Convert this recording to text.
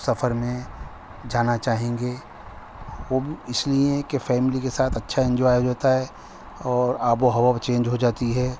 سفر میں جانا چاہیں گے اس لیے کہ فیملی کے ساتھ اچھا انجوائے ہو جاتا ہے اور آب و ہوا چینج ہو جاتی ہے